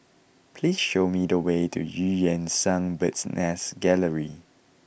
please show me the way to Eu Yan Sang Bird's Nest Gallery